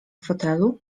fotelu